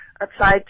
applied